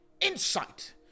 Insight